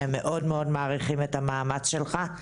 שהם מאוד מעריכים את המאמץ שלך,